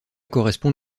correspond